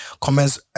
comments